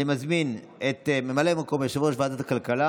אני מזמין את ממלא מקום יושב-ראש ועדת הכלכלה